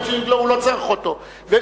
הוא לא צריך את ה"מצ'ינג",